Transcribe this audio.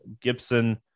Gibson